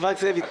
חברת הכנסת לוי,